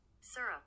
Syrup